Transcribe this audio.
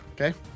Okay